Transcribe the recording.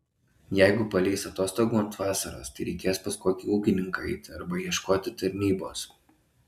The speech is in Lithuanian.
jeigu paleis atostogų ant vasaros tai reikės pas kokį ūkininką eiti arba ieškoti tarnybos